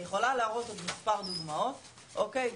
אני יכולה להראות מספר דוגמאות, אוקיי?